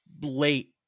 late